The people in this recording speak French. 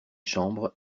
chambres